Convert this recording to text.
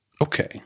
Okay